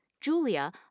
Julia